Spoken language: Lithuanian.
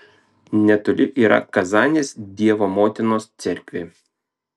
netoli yra kazanės dievo motinos cerkvė